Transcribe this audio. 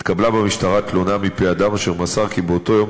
התקבלה במשטרה תלונה מפי אדם אשר מסר כי באותו יום